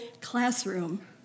classroom